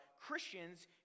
Christians